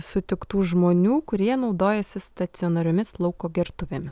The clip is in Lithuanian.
sutiktų žmonių kurie naudojasi stacionariomis lauko gertuvėmis